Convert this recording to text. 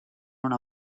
una